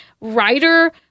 writer